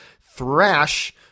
Thrash